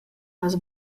has